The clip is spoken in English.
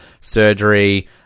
surgery